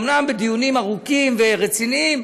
אומנם בדיונים ארוכים ורציניים,